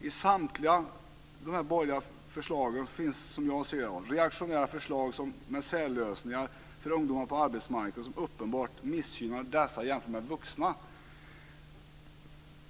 I samtliga dessa motioner finns reaktionära förslag om särlösningar för ungdomar på arbetsmarknaden som uppenbart missgynnar dessa jämfört med vuxna.